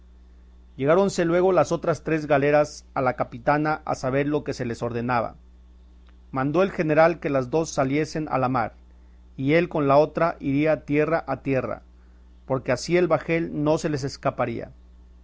señala llegáronse luego las otras tres galeras a la capitana a saber lo que se les ordenaba mandó el general que las dos saliesen a la mar y él con la otra iría tierra a tierra porque ansí el bajel no se les escaparía